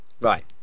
Right